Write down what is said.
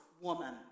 woman